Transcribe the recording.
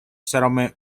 settlement